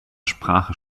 sprache